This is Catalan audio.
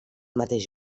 mateix